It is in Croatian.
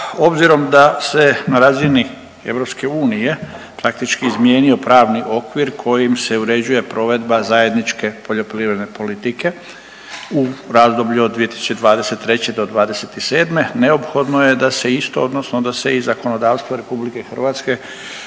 obzirom da se na razini EU faktički izmijenio pravni okvir kojim se uređuje provedba zajedničke poljoprivredne politike u razdoblju od 2023. do '27. neophodno je da se isto, odnosno da se i zakonodavstvo RH vezano